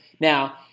Now